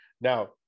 Now